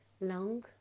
long